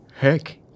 Heck